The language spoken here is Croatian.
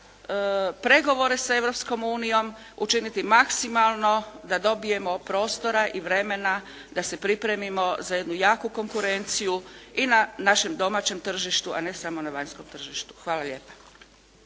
Europskom unijom učiniti maksimalno da dobijemo prostora i vremena da se pripremimo za jednu jaku konkurenciju i na našem domaćem tržištu a ne samo na vanjskom tržištu. Hvala lijepa.